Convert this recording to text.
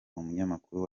umunyamakuru